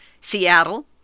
Seattle